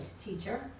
teacher